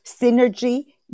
synergy